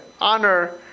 honor